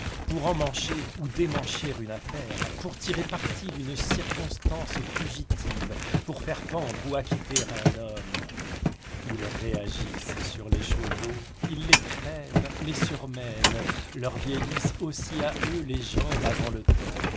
pour emmancher ou démancher une affaire pour tirer parti d'une circonstance fugitive pour faire pendre ou acquitter un homme ils réagissent sur les chevaux ils les crèvent les surmènent leur vieillissent aussi à eux les jambes avant le temps